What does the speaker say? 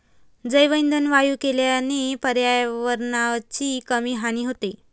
जैवइंधन वायू केल्याने पर्यावरणाची कमी हानी होते